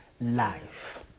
life